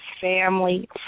family